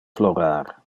plorar